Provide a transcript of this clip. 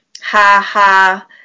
ha-ha